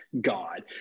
god